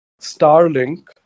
Starlink